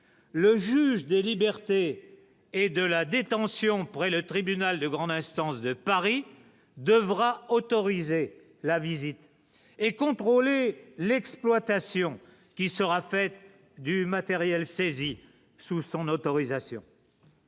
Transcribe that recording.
Le juge des libertés et de la détention près le tribunal de grande instance de Paris devra autoriser la visite et contrôler l'exploitation qui sera faite du matériel saisi sous son autorisation.